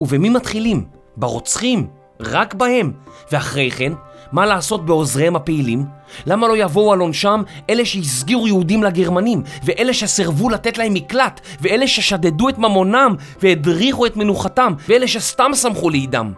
ובמי מתחילים? ברוצחים! רק בהם! ואחרי כן, מה לעשות בעוזריהם הפעילים? למה לא יבואו על עונשם אלה שהסגירו יהודים לגרמנים? ואלה שסירבו לתת להם מקלט? ואלה ששדדו את ממונם והדריכו את מנוחתם? ואלה שסתם שמחו לאידם?